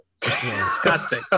Disgusting